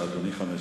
אדוני, בבקשה.